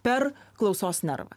per klausos nervą